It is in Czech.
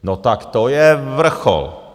No, tak to je vrchol.